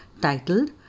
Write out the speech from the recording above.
titled